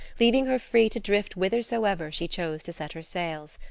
leaving her free to drift whithersoever she chose to set her sails.